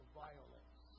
violence